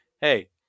Hey